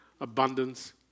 abundance